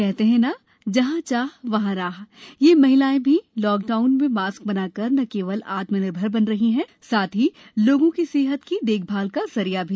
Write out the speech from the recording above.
कहते हैं न जहाँ चाह वहां राहये महिलाएं भी लॉक डाउन में मास्क बनाकर न केवल आत्मनिर्भर बन रही हैसाथ ही लोगों की सेहत कि देखभाल का जरिया भी